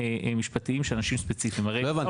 משפטיים של אנשים ספציפיים לא הבנתי,